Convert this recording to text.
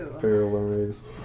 paralyzed